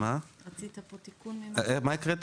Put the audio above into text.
מה הקראת?